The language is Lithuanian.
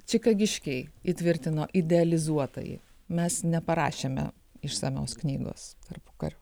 čikagiškiai įtvirtino idealizuotąjį mes neparašėme išsamios knygos tarpukariu